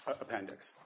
appendix